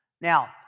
Now